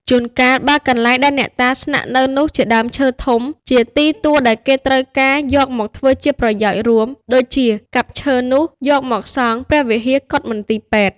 ជួនកាលបើកន្លែងដែលអ្នកតាស្នាក់នៅនោះជាដើមឈើធំ ជាទីទួលដែលគេត្រូវការយកមកធ្វើជាប្រយោជន៍រួម ដូចជាកាប់ឈើនោះយកមកសង់ ព្រះវិហារ កុដិ មន្ទីពេទ្យ។